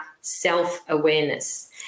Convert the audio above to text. self-awareness